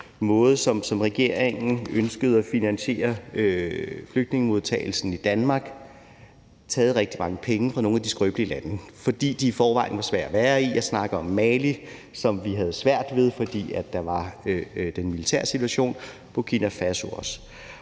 måde, som regeringen ønskede at finansiere flygtningemodtagelsen i Danmark på, taget rigtig mange penge fra nogle af de skrøbelige lande, fordi de i forvejen var svære at være i. Jeg snakker om Mali, som vi havde svært ved på grund af den militære situation, og det gælder også